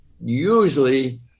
usually